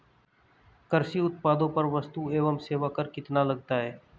कृषि उत्पादों पर वस्तु एवं सेवा कर कितना लगता है?